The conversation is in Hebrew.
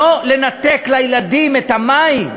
לא לנתק לילדים את המים,